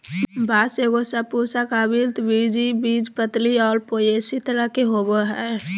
बाँस एगो सपुष्पक, आवृतबीजी, बीजपत्री और पोएसी तरह के होबो हइ